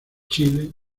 chile